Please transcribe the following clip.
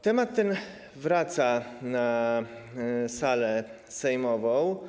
Temat ten wraca na salę sejmową.